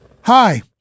Hi